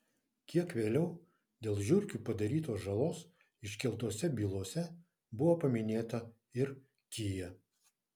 kiek vėliau dėl žiurkių padarytos žalos iškeltose bylose buvo paminėta ir kia